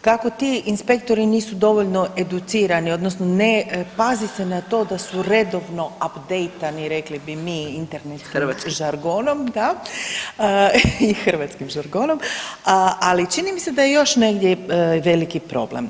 kako ti inspektori nisu dovoljno educirani odnosno ne pazi na to da su redovno updateai, rekli mi internetskim žargonom, [[Upadica Mrak Taritaš: Hrvatskim.]] da, i hrvatskim žargonom, ali čini mi se da je još negdje veliki problem.